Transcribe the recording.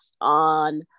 on